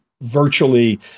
virtually